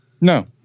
No